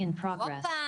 12:34.